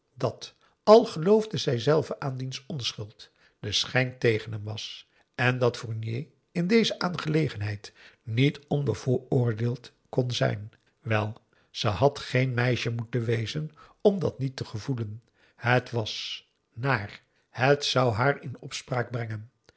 dat al geloofde zijzelve aan diens onschuld de schijn tegen hem was en dat fournier in deze aangelegenheid niet onbevooroordeeld kon zijn wel ze had geen meisje moeten wezen om dat niet te gevoelen het was naar het zou haar in opspraak brengen